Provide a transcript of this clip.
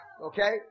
Okay